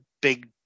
big